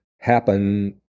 happen